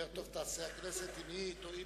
יותר טוב תעשה הכנסת אם היא תואיל